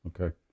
okay